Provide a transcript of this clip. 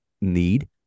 need